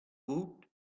woot